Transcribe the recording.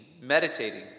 meditating